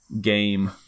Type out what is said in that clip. game